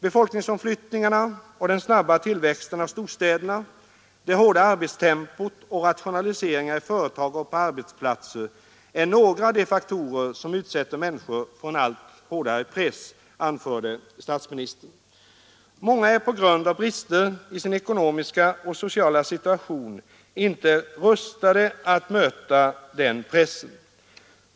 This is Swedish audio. Befolkningsomflyttningarna och den snabba tillväxten av storstäderna, det hårda arbetstempot och rationaliseringar i företag och på arbetsplatser är några av de faktorer som utsätter människor för en allt hårdare press, anförde statsministern. Många är på grund av brister i sin ekonomiska och sociala situation inte rustade att möta den pressen.